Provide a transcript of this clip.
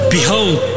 Behold